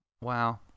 Wow